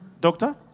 doctor